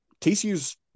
TCU's